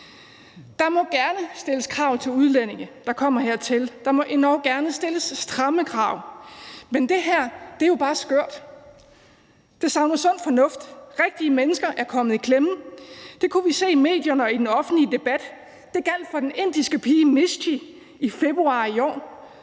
Der må gerne stilles krav til udlændinge, der kommer hertil, der må endog gerne stilles stramme krav, men det her er jo bare skørt. Det savner sund fornuft. Rigtige mennesker er kommet i klemme. Det kunne vi se i medierne og i den offentlige debat. Det gjaldt for den indiske pige Mishti i februar i år